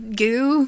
goo